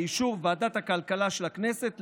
באישור ועדת הכלכלה של הכנסת,